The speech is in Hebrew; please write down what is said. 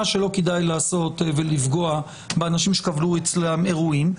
מה שלא כדאי לעשות ולפגוע באנשים אחרים שקבעו אצלם אירועים,